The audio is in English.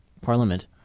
parliament